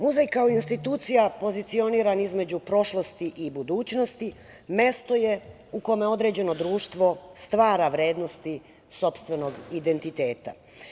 Muzej kao institucija pozicioniran između prošlosti i budućnosti mesto je u kome određeno društvo stvara vrednosti sopstvenog identiteta.